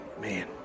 Man